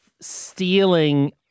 stealing